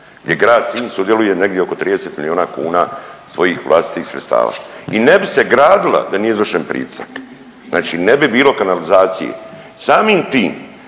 gdje grad Sinj sudjeluje negdje oko 30 milijuna kuna svojih vlastitih sredstava i ne bi se gradila da nije izvršen pritisak, znači ne bi bilo kanalizacije. Samim tim